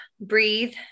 breathe